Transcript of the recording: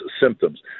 symptoms